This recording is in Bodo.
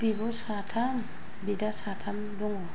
बिब' साथाम बिदा साथाम दं